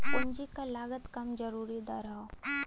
पूंजी क लागत कम जरूरी दर हौ